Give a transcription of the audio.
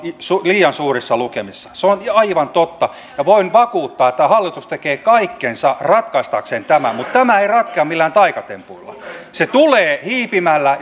liian suurissa lukemissa se on aivan totta ja voin vakuuttaa että hallitus tekee kaikkensa ratkaistakseen tämän mutta tämä ei ratkea millään taikatempulla se tulee hiipimällä